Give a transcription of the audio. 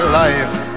life